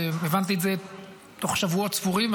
הבנתי את זה תוך שבועות ספורים,